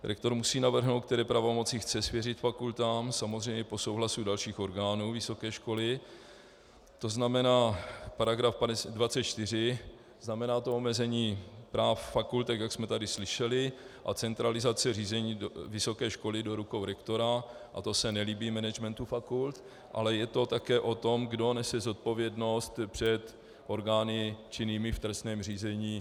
Rektor musí navrhnout, které pravomoci chce svěřit fakultám, samozřejmě po souhlasu dalších orgánů vysoké školy, to znamená § 24, znamená to omezení práv fakult, jak jsme tady slyšeli, a centralizaci řízení vysoké školy do rukou rektora a to se nelíbí managementu fakult, ale je to také o tom, kdo nese zodpovědnost před orgány činnými v trestním řízení.